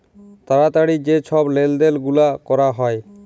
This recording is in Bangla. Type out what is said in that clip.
তাড়াতাড়ি যে ছব লেলদেল গুলা ক্যরা হ্যয়